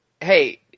Hey